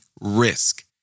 risk